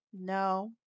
No